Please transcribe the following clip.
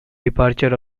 departure